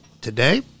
today